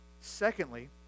Secondly